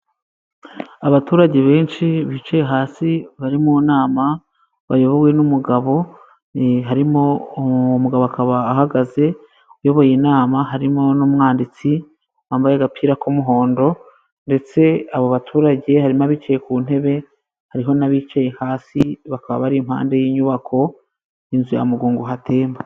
Abaturage benshi bicaye hasi bari mu nama, bayobowe n'umugabo harimo umugabo akaba ahagaze uyoboye inama, harimo n'umwanditsi wambaye agapira k'umuhondo ndetse abo baturage harimo abicaye ku ntebe, hariho n'abicaye hasi bakaba bari impande y'inyubako, inzu ya mugongowatemba.